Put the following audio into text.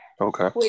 Okay